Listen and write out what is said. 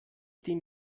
den